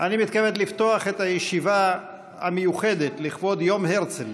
אני מתכבד לפתוח את הישיבה המיוחדת לכבוד יום הרצל,